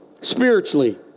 spiritually